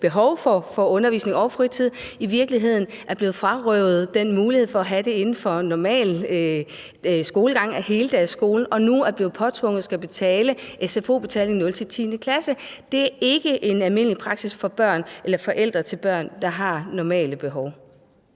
behov for undervisning og fritid i virkeligheden er blevet frarøvet den mulighed for at have det inden for normal skolegang af heldagsskole, og hvis forældre nu er blevet påtvunget at skulle betale for sfo fra 0. til 10. klasse – det er ikke en almindelig praksis i forhold til forældre til børn, der har normale behov.